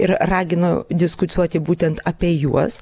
ir ragino diskutuoti būtent apie juos